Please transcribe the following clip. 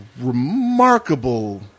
remarkable